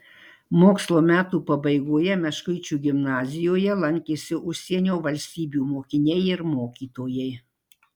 mokslo metų pabaigoje meškuičių gimnazijoje lankėsi užsienio valstybių mokiniai ir mokytojai